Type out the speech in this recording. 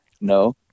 No